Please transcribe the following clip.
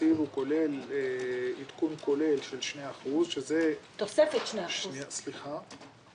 התקציב הוא כולל עדכון כולל של 2%. תוספת 2%. סליחה,